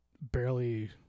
barely